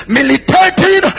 Militating